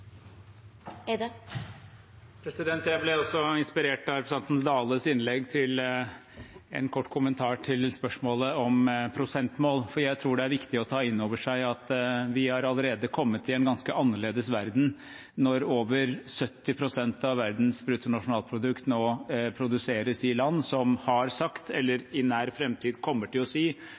Jeg ble også inspirert av representanten Dales innlegg til en kort kommentar når det gjelder spørsmålet om prosentmål. Jeg tror det er viktig å ta inn over seg at vi allerede har kommet i en ganske annerledes verden når over 70 pst. av verdens bruttonasjonalprodukt nå produseres i land som har sagt, eller i nær framtid kommer til å si,